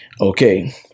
Okay